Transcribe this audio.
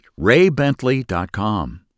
RayBentley.com